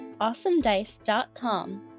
AwesomeDice.com